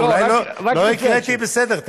אולי לא הקראתי בסדר.